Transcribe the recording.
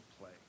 play